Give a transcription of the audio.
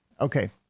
Okay